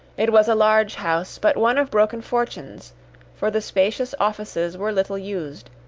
it was a large house, but one of broken fortunes for the spacious offices were little used,